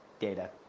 data